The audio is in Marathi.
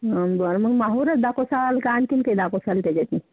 हा मग बरं मग माहूरचं दाखवसाल का आणखीन काही दाखवसाल त्याच्यातून